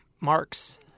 marks